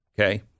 Okay